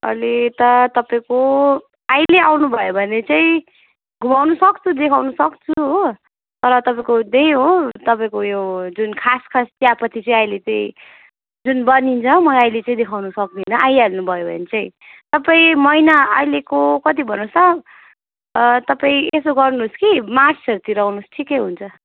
अहिले त तपाईँको अहिले आउनुभयो भने चाहिँ घुमाउनु सक्छु देखाउनु सक्छु हो तर तपाईँको त्यही हो तपाईँको यो जुन खास खास चियापत्ती चाहिँ अहिले चाहिँ जुन बनिन्छ म अहिले चाहिँ देखाउनु सक्दिनँ आइहाल्नुभयो भने चाहिँ तपाईँ महिना अहिलेको कति भन्नुहोस् त तपाईँ यसो गर्नुहोस् कि मार्चहरू तिर आउनुहोस् ठिकै हुन्छ